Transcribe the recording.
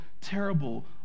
terrible